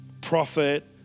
prophet